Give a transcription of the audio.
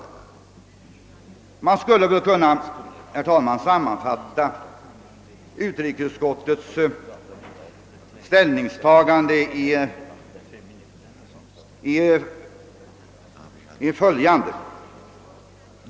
Man skulle kunna sammanfatta utskottets ställningstagande i följande ord.